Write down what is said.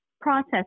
process